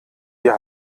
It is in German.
wir